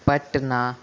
Patna